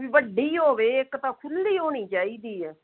ਵੱਡੀ ਹੋਵੇ ਇੱਕ ਤਾਂ ਖੁੱਲ੍ਹੀ ਹੋਣੀ ਚਾਹੀਦੀ ਹੈ